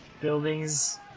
buildings